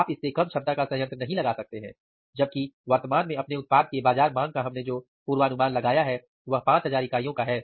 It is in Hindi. आप इससे कम क्षमता का संयंत्र नहीं लगा सकते हैं जबकि वर्तमान में अपने उत्पाद के बाजार माँग का हमने जो पूर्वानुमान लगाया है वह 5000 इकाइयों का है